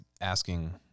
asking